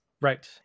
Right